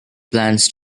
plans